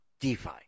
DeFi